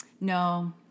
No